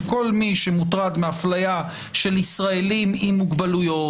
שכל מי שמוטרד מאפליה של ישראלים עם מוגבלויות,